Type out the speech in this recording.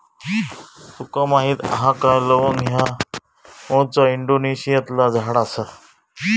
तुका माहीत हा काय लवंग ह्या मूळचा इंडोनेशियातला झाड आसा